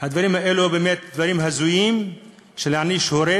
הדברים האלו באמת דברים הזויים, של להעניש הורה,